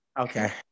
Okay